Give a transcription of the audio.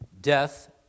death